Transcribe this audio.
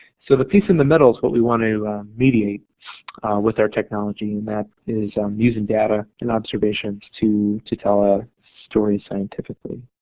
so the piece in the middle is what we want to mediate with our technology and that is using data and observations to to tell a story scientifically